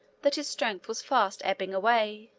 that his strength was fast ebbing away.